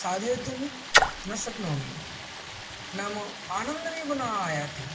साधयितुं न शक्नोमि नाम आनन्दमेव न आयाति